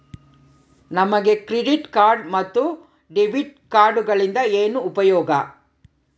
ನಮಗೆ credit card ಮತ್ತು debit ಕಾರ್ಡುಗಳಿಂದ ಏನು ಉಪಯೋಗ?